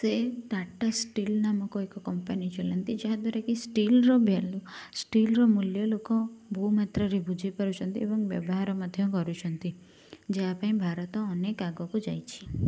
ସେ ଟାଟା ଷ୍ଟିଲ୍ ନାମକ ଏକ କମ୍ପାନୀ ଚଲାନ୍ତି ଯାହା ଦ୍ୱାରା କି ଷ୍ଟିଲ୍ର ଭାଲ୍ୟୁ ଷ୍ଟିଲ୍ର ମୂଲ୍ୟ ଲୋକ ବହୁମାତ୍ରାରେ ବୁଝିପାରୁଛନ୍ତି ଏବଂ ବ୍ୟବହାର ମଧ୍ୟ କରୁଛନ୍ତି ଯାହାପାଇଁ ଭାରତ ଅନେକ ଆଗକୁ ଯାଇଛି